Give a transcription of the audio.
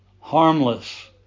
harmless